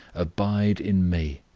abide in me,